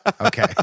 Okay